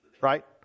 right